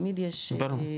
ברור.